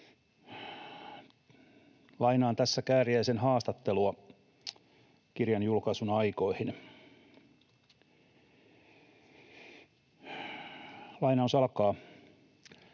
Lainaan tässä Kääriäisen haastattelua kirjan julkaisun aikoihin.